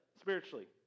spiritually